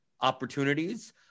opportunities